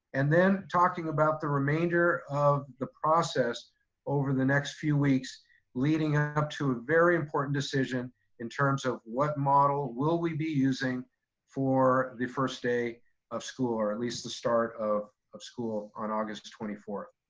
and then talking about the remainder of the process over the next few weeks leading ah up to a very important decision in terms of what model will we be using for the first day of school or at least the start of of school on august twenty fourth.